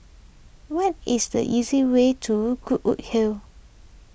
what is the easy way to Goodwood Hill